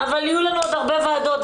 אבל יהיו לנו עוד הרבה ועדות,